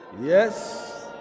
Yes